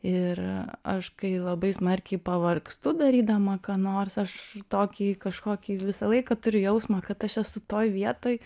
ir aš kai labai smarkiai pavargstu darydama ką nors aš tokį kažkokį visą laiką turiu jausmą kad aš esu toj vietoj